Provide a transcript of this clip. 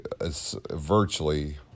virtually